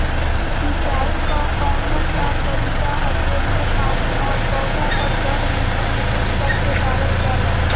सिंचाई क कउन सा तरीका ह जेम्मे पानी और पौधा क जड़ में बूंद बूंद करके डालल जाला?